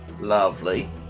Lovely